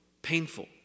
painful